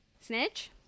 Snitch